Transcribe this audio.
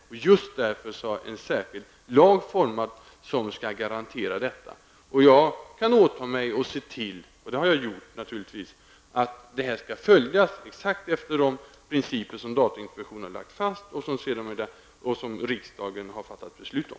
Det är just därför som en särskild lag har utformats som skall garantera detta. Jag kan åta mig att se till, vilket jag naturligtvis också har gjort, att se till att de principer som datainspektionen har lagt fast exakt skall följas liksom det som riksdagen sedermera har fattat beslut om.